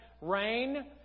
rain